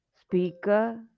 speaker